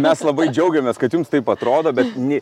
mes labai džiaugiamės kad jums taip atrodo bet ne